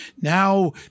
now